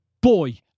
boy